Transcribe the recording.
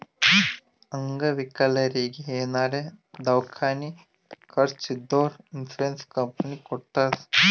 ಅಂಗವಿಕಲರಿಗಿ ಏನಾರೇ ದವ್ಕಾನಿ ಖರ್ಚ್ ಇದ್ದೂರ್ ಇನ್ಸೂರೆನ್ಸ್ ಕಂಪನಿ ಕೊಡ್ತುದ್